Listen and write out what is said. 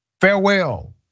farewell